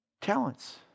talents